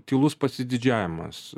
tylus pasididžiavimas